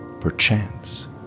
perchance